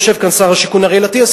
יושב כאן שר השיכון אריאל אטיאס,